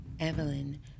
Evelyn